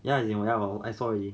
ya you well I saw already